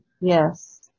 yes